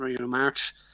March